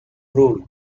rule